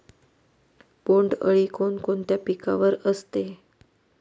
बोंडअळी कोणकोणत्या पिकावर असते?